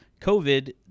COVID